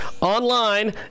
online